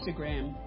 Instagram